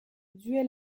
duel